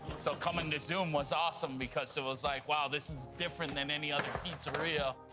so coming to zume was awesome, because it was like, wow, this is different than any other pizzeria.